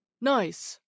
Nice